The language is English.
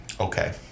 Okay